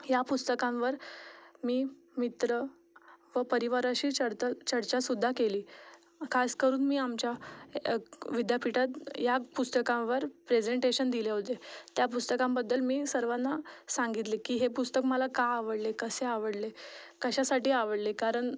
या पुस्तकांवर मी मित्र व परिवाराशी चर्ता चर्चासुद्धा केली खास करून मी आमच्या विद्यापीठात या पुस्तकावर प्रेजेंटेशन दिले होते त्या पुस्तकांबद्दल मी सर्वाना सांगितले की हे पुस्तक मला का आवडले कसे आवडले कशासाठी आवडले कारण